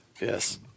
Yes